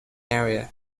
area